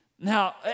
Now